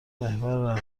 محور